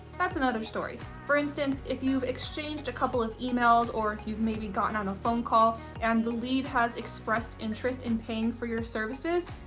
that's another story. for instance, if you've exchanged a couple of emails or if you've maybe gotten on a phone call and the lead has expressed interest paying for your services,